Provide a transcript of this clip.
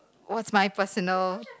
what's my personal